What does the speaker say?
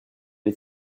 les